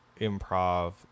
improv